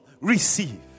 receive